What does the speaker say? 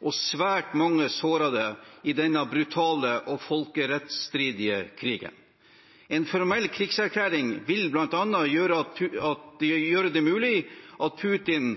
og svært mange sårede i denne brutale og folkerettsstridige krigen. En formell krigserklæring vil bl.a. gjøre det mulig at Putin